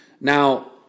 Now